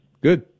Good